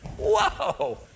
Whoa